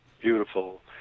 beautiful